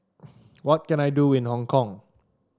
what can I do in Hong Kong